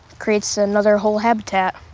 creates another whole habitat.